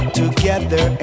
together